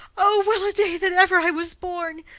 o weraday that ever i was born!